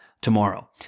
tomorrow